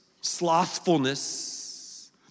Slothfulness